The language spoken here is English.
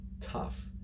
tough